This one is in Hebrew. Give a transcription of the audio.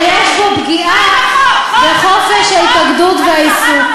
שיש בו פגיעה בחופש ההתאגדות והעיסוק.